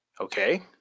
Okay